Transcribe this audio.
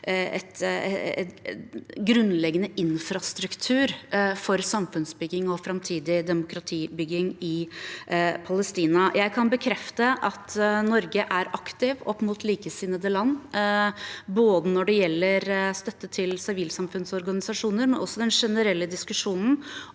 en grunnleggende infrastruktur for samfunnsbygging og framtidig demokratibygging i Palestina. Jeg kan bekrefte at Norge er aktive opp mot likesinnede land når det gjelder støtte til sivilsamfunnsorganisasjoner, men også i den generelle diskusjonen